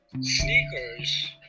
sneakers